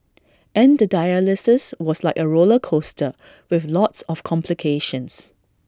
and the dialysis was like A roller coaster with lots of complications